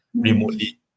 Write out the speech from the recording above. remotely